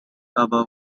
above